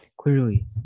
clearly